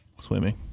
Swimming